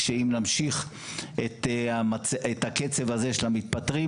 ואם נמשיך את הקצב הזה של המתפטרים,